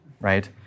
right